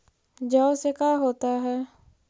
जौ से का होता है?